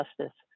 Justice